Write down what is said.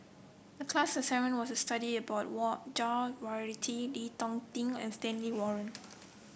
the class assignment was to study about Jah Lelawati Chee Hong Tat and Stanley Warren